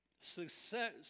Success